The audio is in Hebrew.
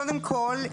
קודם כל,